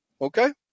okay